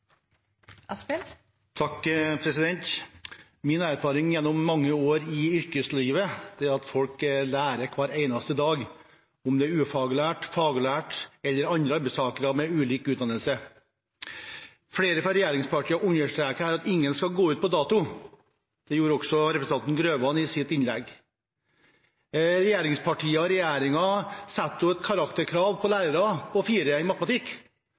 at folk lærer hver eneste dag, enten det er snakk om ufaglærte, faglærte eller andre arbeidstakere med ulik utdannelse. Flere fra regjeringspartiene understreker her at ingen skal gå ut på dato. Det gjorde også representanten Grøvan i sitt innlegg. Regjeringspartiene og regjeringen har satt et karakterkrav på 4 i matematikk for å bli lærer og har avskiltet flere tusen lærere